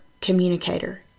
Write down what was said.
communicator